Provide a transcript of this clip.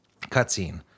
Cutscene